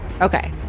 Okay